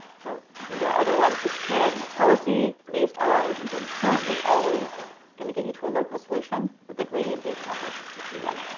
so there are other ones which can policy based rl isn't inherently always going to get you to a local solution, but the gradient based methods typically will.